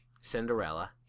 Cinderella